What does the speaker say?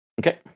Okay